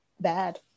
bad